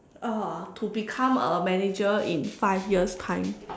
uh to become a manager in five years time